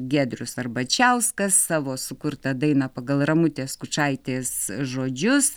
giedrius arbačiauskas savo sukurtą dainą pagal ramutės skučaitės žodžius